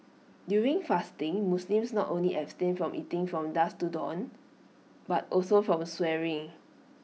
during fasting Muslims not only abstain from eating from dusk to dawn but also from swearing